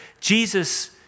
Jesus